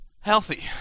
healthy